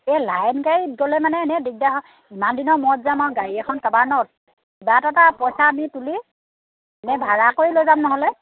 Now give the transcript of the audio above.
এই লাইন গাড়ী গ'লে মানে এনেই দিগদাৰ হয় ইমান দিনৰ মূৰত যাম আৰু গাড়ী এখন কাৰোবাৰ কিবা এটা পইছা আমি তুলি ভাড়া কৰি লৈ যাম নহ'লে